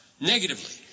negatively